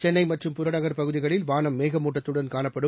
சென்னை மற்றும் புறநகர்ப்பகுதிகளில் வானம் மேகமூட்டத்துடன் காணப்படும்